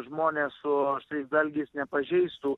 žmonės su aštriais dalgiais nepažeistų